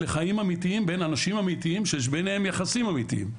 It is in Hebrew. אלה חיים אמיתיים בין אנשים אמיתיים שיש ביניהם יחסים אמיתיים,